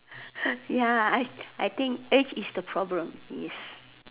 ya I I think age is the problem yes